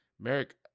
Merrick